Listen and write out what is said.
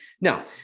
Now